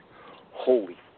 holy